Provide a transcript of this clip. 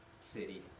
City